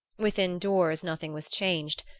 within doors nothing was changed,